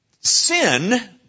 Sin